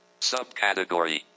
Subcategory